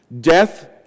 Death